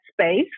space